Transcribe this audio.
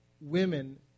women